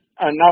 enough